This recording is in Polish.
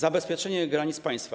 Zabezpieczenie granic państwa.